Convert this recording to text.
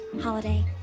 Holiday